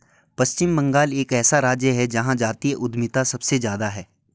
पश्चिम बंगाल एक ऐसा राज्य है जहां जातीय उद्यमिता सबसे ज्यादा हैं